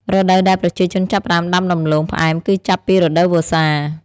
រដូវដែលប្រជាជនចាប់ផ្ដើមដាំដំឡូងផ្អែមគឺចាប់ពីរដូវវស្សា។